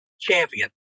champion